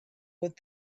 with